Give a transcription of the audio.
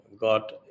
got